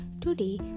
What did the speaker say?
today